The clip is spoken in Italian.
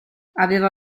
aveva